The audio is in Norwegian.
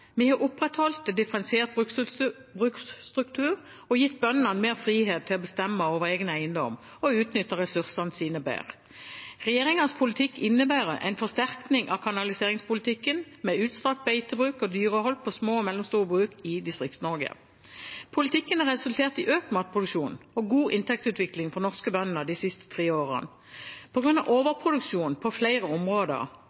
Vi har opprettholdt en differensiert bruksstruktur og gitt bøndene større frihet til å bestemme over egen eiendom og utnytte ressursene sine bedre. Regjeringens politikk innebærer en forsterkning av kanaliseringspolitikken med utstrakt beitebruk og dyrehold på små og mellomstore bruk i Distrikts-Norge. Politikken har resultert i økt matproduksjon og god inntektsutvikling for norske bønder de siste tre årene.